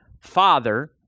father